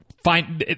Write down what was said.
fine